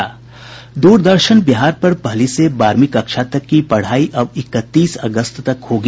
दूरदर्शन बिहार पर पहली से बारहवीं कक्षा तक की पढ़ाई अब इकतीस अगस्त तक होगी